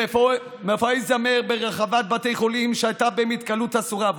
מופעי זמר ברחבות בתי חולים שהייתה בהם התקהלות אסורה,